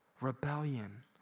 rebellion